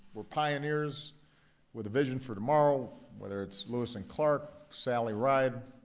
we're pioneers with a vision for tomorrow whether it's lewis and clark, sally ride.